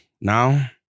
now